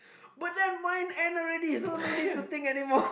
but then mine end already so no need to think anymore